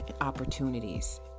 opportunities